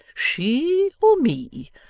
she or me!